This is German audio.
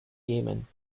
jemen